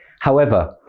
however,